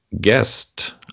guest